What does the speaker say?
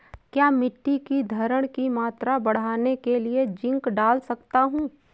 क्या मिट्टी की धरण की मात्रा बढ़ाने के लिए जिंक डाल सकता हूँ?